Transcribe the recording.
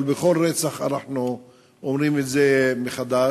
אבל בכל רצח אנחנו אומרים את זה מחדש.